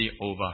over